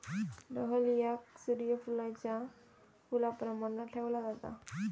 डहलियाक सूर्य फुलाच्या फुलाप्रमाण ठेवला जाता